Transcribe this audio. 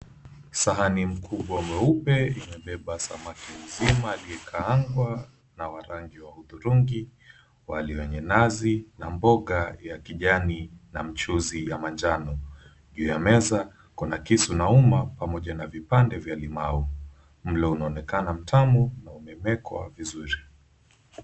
Sahani mkubwa mweupe imebeba samaki mzima aliyekaangwa na wa rangi ya hudhurungi, wali wenye nazi na mboga ya kijani na mchuzi ya manjano, juu ya meza kuna kisu na uma pamoja na vipande vya limau, mlo unaonekana mtamu na umemekwa vizuri.